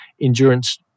endurance